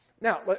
Now